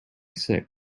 six